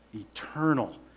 eternal